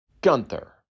Gunther